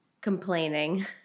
complaining